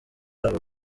abo